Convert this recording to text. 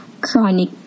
chronic